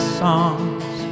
songs